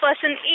person